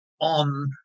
on